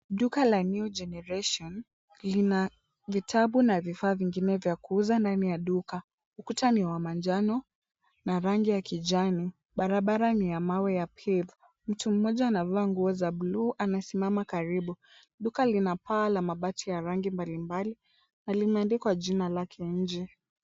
Duka la new generation lina vitabu na vifaa vingine vya kuuza ndani ya duka. Ukuta ni wa manjano na rangi ya kijani. Barabara ni ya mawe ya pave . Mtu mmoja amevaa nguo za blue anasimama karibu. Duka lina paa la mabati ya rangi mbalimbali na limeandikwa jina lake nje.